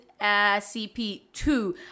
cp2